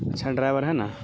اچھا ڈرائیور ہے نا